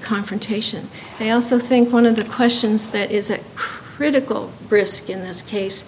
confrontation i also think one of the questions that is a critical risk in this case